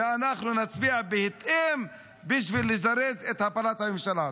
ואנחנו נצביע בהתאם בשביל לזרז את הפלת הממשלה.